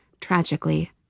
tragically